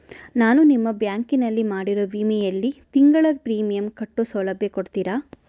ನಾನು ನಿಮ್ಮ ಬ್ಯಾಂಕಿನಲ್ಲಿ ಮಾಡಿರೋ ವಿಮೆಯಲ್ಲಿ ತಿಂಗಳ ಪ್ರೇಮಿಯಂ ಕಟ್ಟೋ ಸೌಲಭ್ಯ ಕೊಡ್ತೇರಾ?